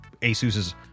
ASUS's